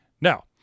Now